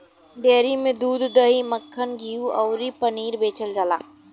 dairy में दूध, दही, मक्खन, घीव अउरी पनीर बेचल जाला